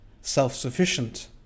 self-sufficient